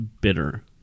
bitter